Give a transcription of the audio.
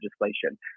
legislation